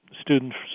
students